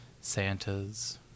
santa's